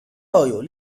校友